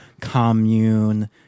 commune